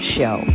Show